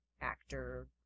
actor